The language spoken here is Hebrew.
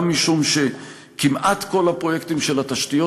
גם משום שכמעט כל הפרויקטים של התשתיות